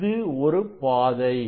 இது ஒரு பாதை